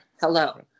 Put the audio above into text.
hello